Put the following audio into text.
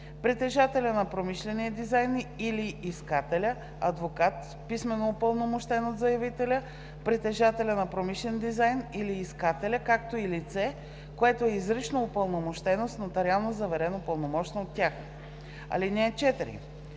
притежателя на промишления дизайн или искателя, адвокат, писмено упълномощен от заявителя, притежателя на промишлен дизайн или искателя, както и лице, което е изрично упълномощено с нотариално заверено пълномощно от тях. (4)